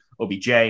OBJ